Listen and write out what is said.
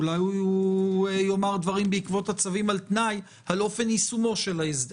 אולי הוא יאמר דברים בעקבות הצווים על תנאי על אופן יישומו של ההסדר.